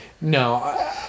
No